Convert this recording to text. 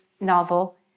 novel